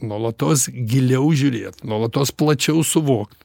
nuolatos giliau žiūrėt nuolatos plačiau suvokt